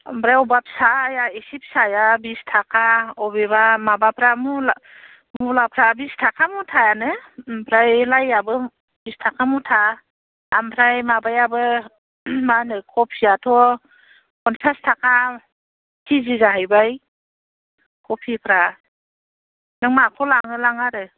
ओमफ्राय बबेबा फिसाया एसे फिसाया बिस थाखा बबेबा माबाफ्रा मुला मुलाफ्रा बिस थाखा मुथायानो ओमफ्राय लाइआबो बिस थाखा मुथा ओमफ्राय माबायाबो मा होनो कफियाथ' फनचास थाखा किजि जाहैबाय कफिफ्रा नों माखौ लाङो लां आरो